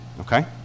Okay